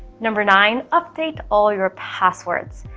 number nine update all your passwords.